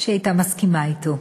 שהיא הייתה מסכימה אתו: